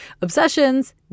obsessions